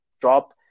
drop